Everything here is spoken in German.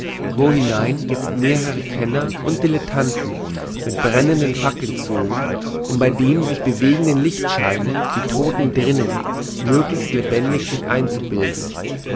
wohinein jetzt mehrere kenner und dillettanten mit brennenden fackeln zogen um bei dem sich bewegenden lichtscheine die todten drinnen möglichst lebendig sich einzubilden